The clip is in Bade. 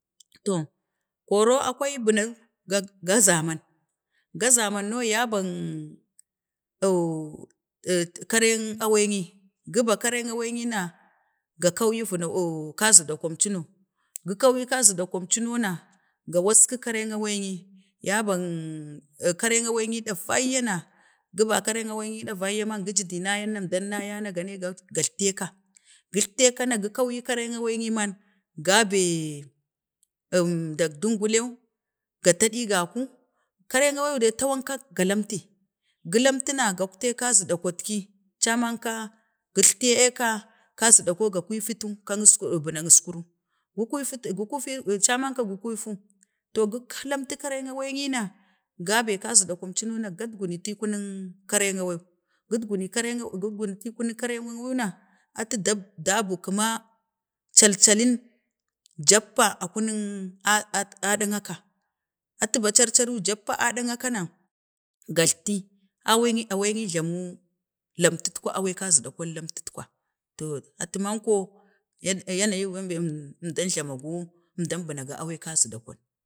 to koro akwai bunan ga zaman, ga zaman ro ya bak nh, tt, karek awai ny giba kerek awai ne ni na ga kaiyi vana on, kaziɗakan, euno, go kaiyi kaziɗa kəm cuno na ga waski ni ɗevayya na gibba karen awaini ɗavannana, gi ji di nayana, əmdan nayawa na kani gagtteka gigtteka na ga kaiyi kareng awaini man, ga bee, dak dungulen, ga taɗi gaku, kareng awai dai tawanka ga lamti, gulamti na gaptek kazida kotki caman ka, gəgtti eeka, kaziɗakon, ga kufitu, kang bunak əskuru, gu kifi, gu kufi, gu, eaman ko gə kuifu, gu kul, lamtu kareng awaini na, na nee kaziɗekom cuno na gat gunatu ii kunang karen awwai gut, gunin kering awau na, atu dabu kuma lakabu, jappa a ku nang, a'a dang aka, atu ba calcalin jappa ɗan aka na, galtati awaini glamu, lamtukwa wai kazidagwan, daku lamtutkwa, to atu manko ya na yin bembe əmdan flamago, əmdan buna go awai kazidakon.